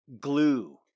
glue